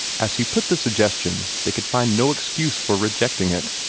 as he put the suggestion, they could find no excuse for rejecting it.